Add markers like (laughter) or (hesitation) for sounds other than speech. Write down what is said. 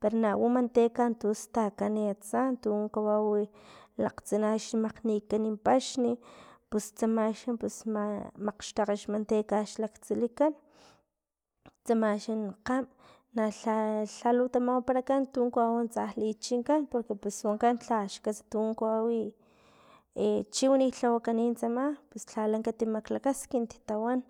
Pero u manteca tustakan atsa tun kawawi lakgtsina chi makgnikan paxni pus tsama xan pus makgxtakg xmanteca axni laktsilikan, tsama xan kgam nalha lhalu tamawaparakan tun kawawi tsa (noise) lichinkan porque pus wankan lhaxkats tun kawawi (hesitation) chiwani lhawakani tsama pus lhala katimaklakaskint tawan,